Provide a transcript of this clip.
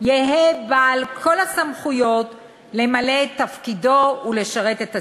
יהא בעל כל הסמכויות למלא את תפקידו ולשרת את הציבור".